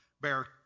bear